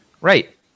Right